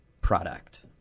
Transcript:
product